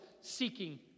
seeking